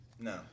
no